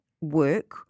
work